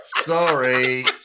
Sorry